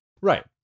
Right